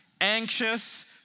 anxious